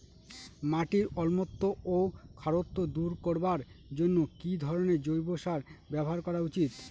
মাটির অম্লত্ব ও খারত্ব দূর করবার জন্য কি ধরণের জৈব সার ব্যাবহার করা উচিৎ?